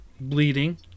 Bleeding